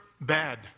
bad